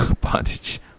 bondage